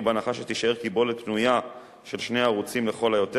ובהנחה שתישאר קיבולת פנויה של שני ערוצים לכל היותר,